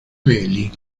peli